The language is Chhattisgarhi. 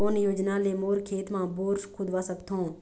कोन योजना ले मोर खेत मा बोर खुदवा सकथों?